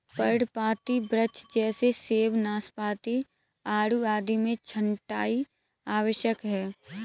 पर्णपाती वृक्ष जैसे सेब, नाशपाती, आड़ू आदि में छंटाई आवश्यक है